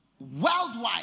worldwide